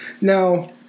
Now